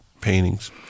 paintings